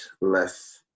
less